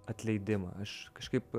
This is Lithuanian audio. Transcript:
atleidimą aš kažkaip